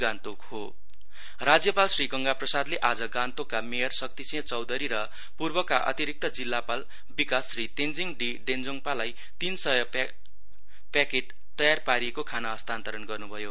governor राज्यपाल श्री गंगा प्रसादले आज गान्तोकका मेयर शक्ति सिंह चौधरी र पूर्वका अतिरिक्त जिल्लापाल विकास श्री तेञ्जीङ डि डेञ्जोङपालाई तीन सय प्याकेट तयार पारिएको खाना हस्तान्तरण गर्नु भयो